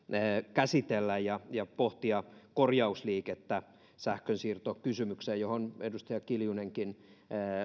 käsitellä ja ja pohtia korjausliikettä sähkönsiirtokysymykseen johon edustaja kiljunenkin